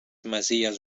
masies